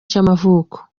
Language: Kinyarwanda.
cy’amavuko